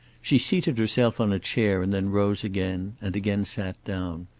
she seated herself on a chair, and then rose again and again sat down.